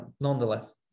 nonetheless